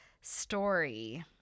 story